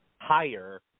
higher